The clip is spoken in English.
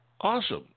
awesome